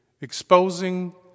Exposing